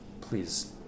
Please